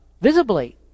visibly